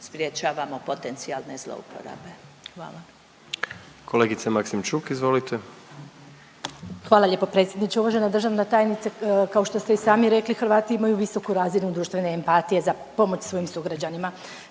(HDZ)** Kolegice Maksimčuk izvolite. **Maksimčuk, Ljubica (HDZ)** Hvala lijepo predsjedniče. Uvažena državna tajnice. Kao što ste i sami rekli Hrvati imaju visoku razinu društvene empatije za pomoć svojim sugrađanima,